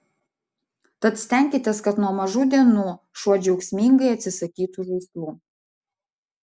tad stenkitės kad nuo mažų dienų šuo džiaugsmingai atsisakytų žaislų